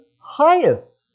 highest